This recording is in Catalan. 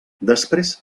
després